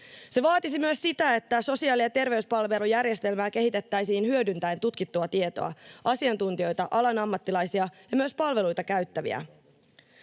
Se vaatisi myös sitä, että sosiaali- ja terveyspalvelujärjestelmää kehitettäisiin hyödyntäen tutkittua tietoa, asiantuntijoita, alan ammattilaisia ja myös palveluita käyttäviä.